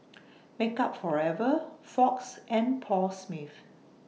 Makeup Forever Fox and Paul Smith